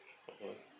mmhmm